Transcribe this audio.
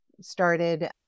started